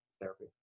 therapy